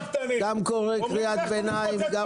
קורא קריאת ביניים ---- תתביישו לכם,